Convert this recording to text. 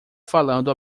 falando